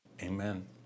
Amen